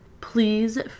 please